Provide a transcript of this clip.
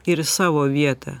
ir savo vietą